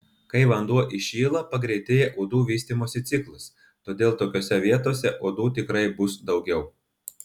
kai vanduo įšyla pagreitėja uodų vystymosi ciklas todėl tokiose vietose uodų tikrai bus daugiau